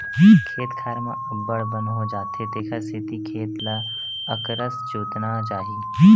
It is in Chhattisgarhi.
खेत खार म अब्बड़ बन हो जाथे तेखर सेती खेत ल अकरस जोतना चाही